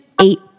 eight